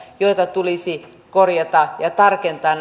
joita tulisi korjata ja tarkentaa